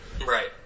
Right